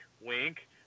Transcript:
wink